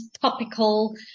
topical